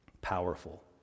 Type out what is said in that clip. Powerful